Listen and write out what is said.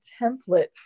template